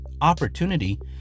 opportunity